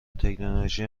تکنولوژی